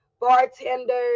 bartenders